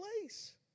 place